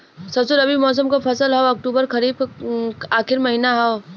सरसो रबी मौसम क फसल हव अक्टूबर खरीफ क आखिर महीना हव